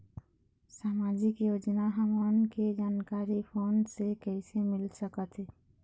सामाजिक योजना हमन के जानकारी फोन से कइसे मिल सकत हे?